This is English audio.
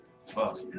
fuck